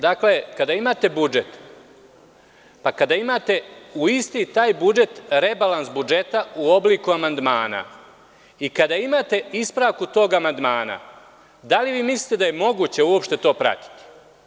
Dakle, kada imate budžet, pa kada imate u isti taj budžet rebalans budžeta u obliku amandmana i kada imate ispravku tog amandmana, da li vi mislite da je moguće uopšte to pratiti?